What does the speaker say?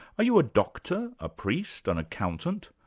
are you a doctor, a priest, an accountant?